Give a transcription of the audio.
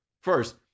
First